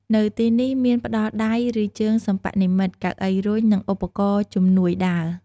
នៅទីនេះមានផ្ដល់ដៃ ឬ ជើងសិប្បនិម្មិត កៅអីរុញ និងឧបករណ៍ជំនួយដើរ។